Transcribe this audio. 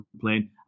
playing